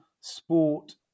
sport